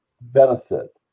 benefit